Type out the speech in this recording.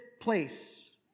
place